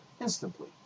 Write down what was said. instantly